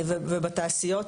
ובתעשיות